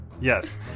Yes